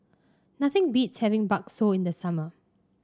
nothing beats having bakso in the summer